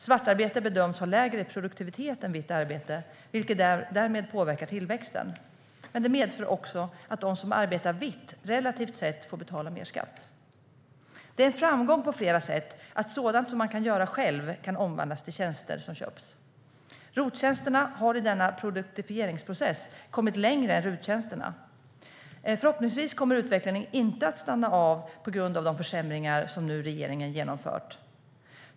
Svartarbete bedöms ha lägre produktivitet än vitt arbete, vilket därmed påverkar tillväxten. Men det medför också att de som arbetar vitt relativt sett får betala mer skatt. Det är en framgång på flera sätt att sådant som man kan göra själv kan omvandlas till tjänster som köps. ROT-tjänsterna har i denna produktifieringsprocess kommit längre än RUT-tjänsterna. Förhoppningsvis kommer utvecklingen inte att stanna av på grund av de försämringar som regeringen nu har genomfört.